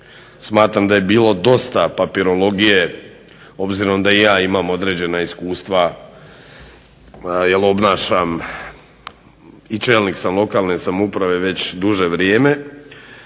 Smatram da je bilo dosta papirologije, obzirom da i ja imam određena iskustva jer obnašam i čelnik sam lokalne samouprave već duže vrijeme